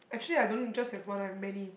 actually I don't just have one I have many